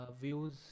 views